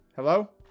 Hello